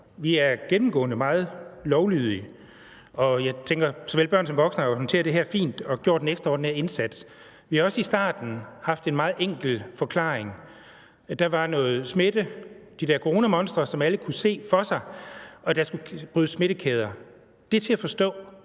danskere gennemgående er meget lovlydige. Og jeg tænker, at såvel børn som voksne har håndteret det her fint og gjort en ekstraordinær indsats. Vi har også i starten haft en meget enkel forklaring. Der var noget smitte – de der coronamonstre – som alle kunne se for sig, og der skulle brydes smittekæder. Det er til at forstå.